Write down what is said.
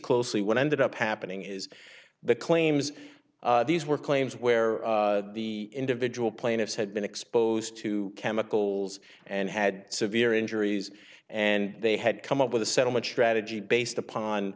closely what ended up happening is the claims these were claims where the individual plaintiffs had been exposed to chemical and had severe injuries and they had come up with a settlement strategy based